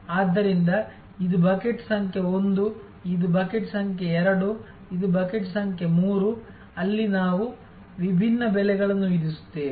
ಆದ್ದರಿಂದ ಇದು ಬಕೆಟ್ ಸಂಖ್ಯೆ 1 ಇದು ಬಕೆಟ್ ಸಂಖ್ಯೆ 2 ಇದು ಬಕೆಟ್ ಸಂಖ್ಯೆ 3 ಅಲ್ಲಿ ನಾವು ವಿಭಿನ್ನ ಬೆಲೆಗಳನ್ನು ವಿಧಿಸುತ್ತೇವೆ